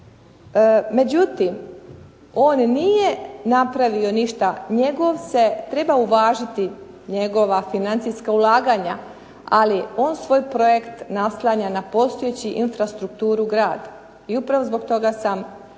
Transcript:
međutim on nije napravio ništa, treba uvažiti njegova financijska ulaganja, ali on svoj projekt naslanja na postojeću infrastrukturu grada i upravo zbog toga sam, stojim